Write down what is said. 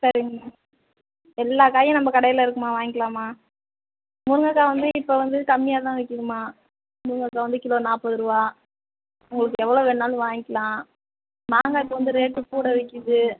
சரிங்கம்மா எல்லா காயும் நம்ம கடையில் இருக்குதும்மா வாங்கிக்கலாம்மா முருங்கக்காய் வந்து இப்போ வந்து கம்மியாக தான் விற்கிதும்மா முருங்கக்காய் வந்து கிலோ நாற்பதுரூவா உங்களுக்கு எவ்வளோ வேணுன்னாலும் வாங்கிக்கலாம் மாங்காய் இப்போ வந்து ரேட்டு கூட விற்கிது